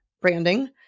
branding